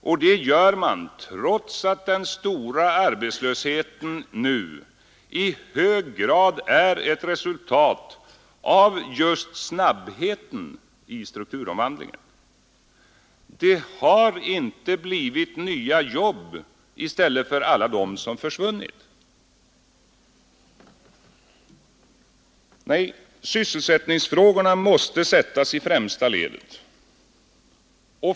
Och det gör man trots att den stora arbetslösheten nu i hög grad är ett resultat av just snabbheten i strukturomvandlingen. Det har inte blivit nya jobb i stället för alla dem som försvunnit. Sysselsättningsfrågorna måste sättas i främsta ledet.